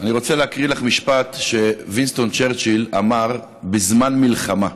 אני רוצה להקריא לך משפט שווינסטון צ'רצ'יל אמר בזמן מלחמה.